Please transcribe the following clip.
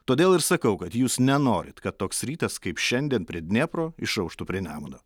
todėl ir sakau kad jūs nenorit kad toks rytas kaip šiandien prie dniepro išauštų prie nemuno